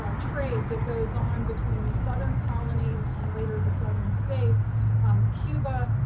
ah trade that goes on between the southern colonies and later the southern states um cuba,